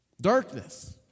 Darkness